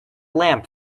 lamp